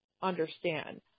understand